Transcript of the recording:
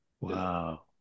Wow